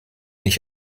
nicht